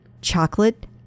chocolate